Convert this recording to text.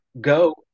go